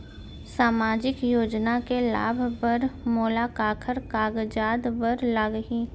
सामाजिक योजना के लाभ बर मोला काखर कागजात बर लागही?